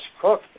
cook